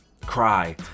cry